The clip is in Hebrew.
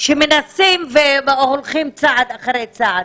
שמנסים והולכים צעד אחרי צעד.